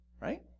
right